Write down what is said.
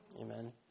Amen